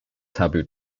taboo